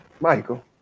Michael